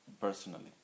personally